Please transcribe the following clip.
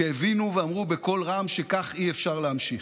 שהבינו ואמרו בקול רם שכך אי-אפשר להמשיך.